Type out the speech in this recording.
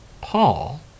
Paul